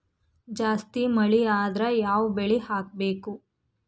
ಜಾಸ್ತಿ ಮಳಿ ಆದ್ರ ಯಾವ ಬೆಳಿ ಹಾಕಬೇಕು?